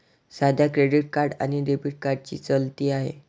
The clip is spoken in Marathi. सध्या क्रेडिट कार्ड आणि डेबिट कार्डची चलती आहे